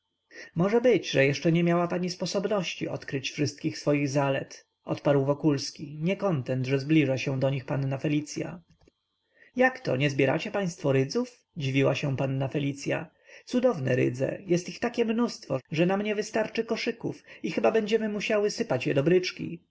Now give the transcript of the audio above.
może być że jeszcze nie miała pani sposobności odkryć wszystkich swoich zalet odparł wokulski niekontent ze zbliża się do nich panna felicya jakto nie zbieracie państwo rydzów dziwiła się panna felicya cudowne rydze jest ich takie mnóstwo że nam nie wystarczy koszyków i będziemy chyba musiały sypać je